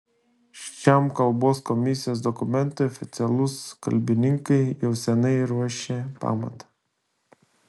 šiam kalbos komisijos dokumentui oficialūs kalbininkai jau seniai ruošė pamatą